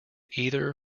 either